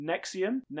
nexium